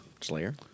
Slayer